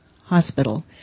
Hospital